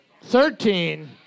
Thirteen